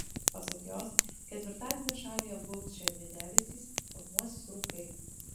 pasak jos ketvirtadienį šalį apgaubs žemi debesys formuosis rūkai